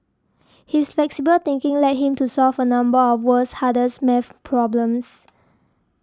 his flexible thinking led him to solve a number of world's hardest math problems